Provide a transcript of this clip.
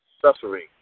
suffering